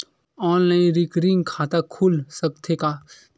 Online recurring खाता खुल सकथे का?